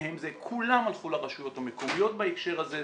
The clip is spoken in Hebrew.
כולן הלכו לרשויות המקומיות בהקשר הזה.